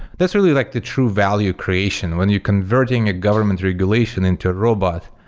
that's really like the true value creation. when you're converting a government regulation into a robot,